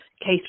case